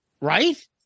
Right